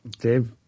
Dave